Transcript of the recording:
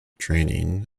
training